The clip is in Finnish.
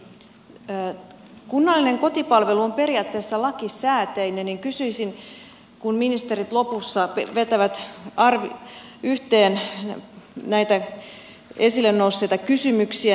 kun kunnallinen kotipalvelu on periaatteessa lakisääteinen niin kysyisin kun ministerit lopussa vetävät yhteen näitä esille nousseita kysymyksiä